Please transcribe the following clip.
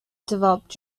developed